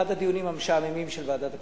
אחד הדיונים המשעממים של ועדת הכספים.